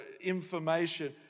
information